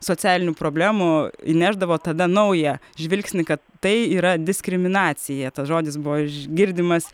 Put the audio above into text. socialinių problemų įnešdavot tada naują žvilgsnį kad tai yra diskriminacija tas žodis buvo girdimas